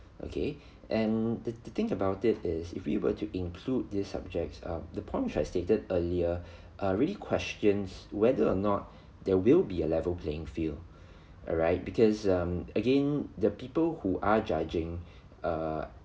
okay and the thing about it is if you were to include these subjects err the point which I stated earlier are really questions whether or not there will be a level playing field alright because um again the people who are judging err